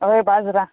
होय बाजरां